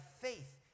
faith